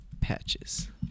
Patches